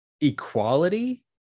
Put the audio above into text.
equality